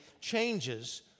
changes